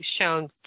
shown